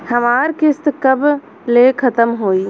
हमार किस्त कब ले खतम होई?